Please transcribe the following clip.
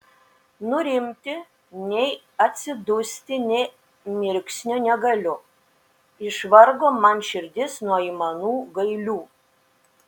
nurimti nei atsidusti nė mirksnio negaliu išvargo man širdis nuo aimanų gailių